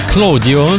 Claudio